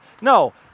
no